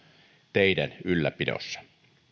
teiden ylläpidosta